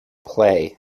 play